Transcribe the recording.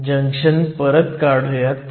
junction परत काढुयात